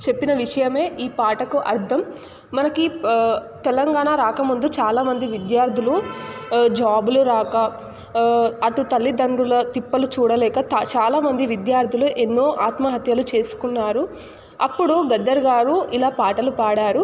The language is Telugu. చెప్పిన విషయమే ఈ పాటకు అర్థం మనకి తెలంగాణ రాక ముందు చాలా మంది విద్యార్థులు జాబులు రాక అటు తల్లిదండ్రుల తిప్పలు చూడలేక త చాలా మంది విద్యార్థులు ఎన్నో ఆత్మహత్యలు చేసుకున్నారు అప్పుడు గద్దర్ గారు ఇలా పాటలు పాడారు